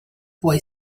boy